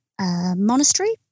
monastery